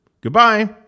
Goodbye